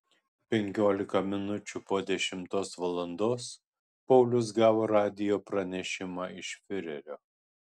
penkiolika minučių po dešimtos valandos paulius gavo radijo pranešimą iš fiurerio